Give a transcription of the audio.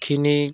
কিনি